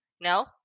No